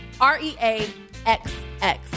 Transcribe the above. r-e-a-x-x